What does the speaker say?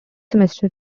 semester